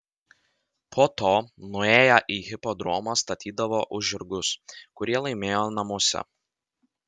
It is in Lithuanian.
po to nuėję į hipodromą statydavo už žirgus kurie laimėjo namuose